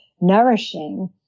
nourishing